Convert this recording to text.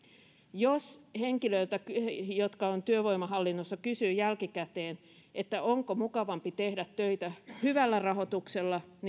jos henkilöiltä jotka ovat työvoimahallinnossa kysyy jälkikäteen onko mukavampi tehdä töitä hyvällä rahoituksella